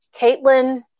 Caitlin